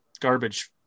garbage